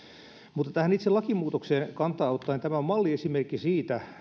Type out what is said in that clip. mutta tähän itse lakimuutokseen kantaa ottaen tämä on malliesimerkki siitä